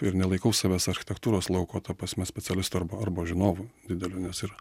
ir nelaikau savęs architektūros lauko ta prasme specialistu arba arba žinovu dideliu nes yra